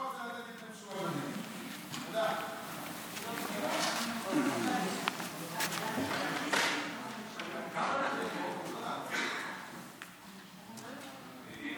אדוני